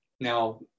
Now